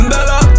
Bella